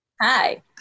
Hi